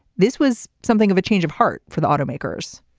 this was something of a change of heart for the automakers.